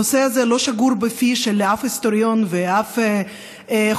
הנושא הזה לא שגור בפי אף היסטוריון ואף חוקר,